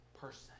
person